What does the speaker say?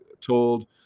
told